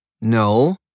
No